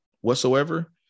whatsoever